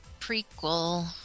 prequel